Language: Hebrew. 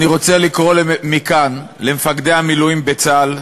אני רוצה לקרוא מכאן למפקדי המילואים בצה"ל,